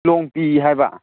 ꯂꯣꯡꯄꯤ ꯍꯥꯏꯕ